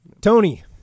Tony